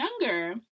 younger